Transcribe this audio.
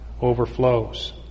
overflows